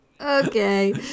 Okay